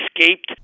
escaped